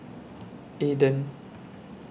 Aden